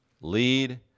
lead